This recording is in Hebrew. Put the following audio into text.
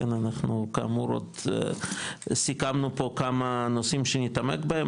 אנחנו כאמור סיכמנו פה כמה נושאים שנתעמק בהם,